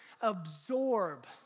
absorb